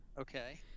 Okay